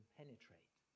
penetrate